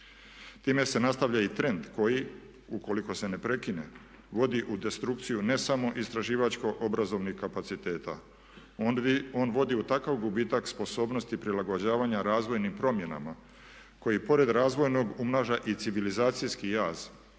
Time se nastavlja i trend koji ukoliko se ne prekine vodi u destrukciju ne samo istraživačko-obrazovnih kapaciteta. On vodi u takav gubitak sposobnosti prilagođavanja razvojnim promjenama koji pored razvojnog umnaža i civilizacijski jaz